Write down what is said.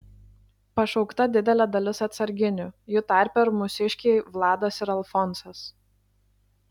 pašaukta didelė dalis atsarginių jų tarpe ir mūsiškiai vladas ir alfonsas